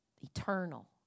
eternal